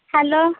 hello